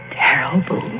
terrible